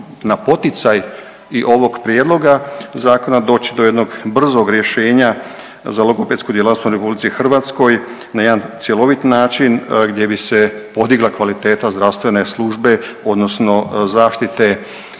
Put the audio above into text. na poticaj i ovog Prijedloga zakona doći do jednog brzog rješenja za logopedsku djelatnost u RH na jedan cjelovit način gdje bi se podigla kvaliteta zdravstvene službe, odnosno zaštite